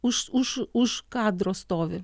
už už už kadro stovi